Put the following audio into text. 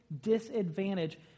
disadvantage